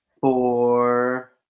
four